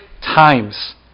times